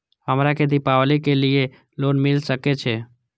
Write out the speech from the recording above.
हमरा के दीपावली के लीऐ लोन मिल सके छे?